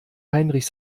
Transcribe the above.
heinrich